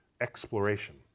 exploration